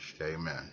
amen